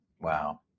Wow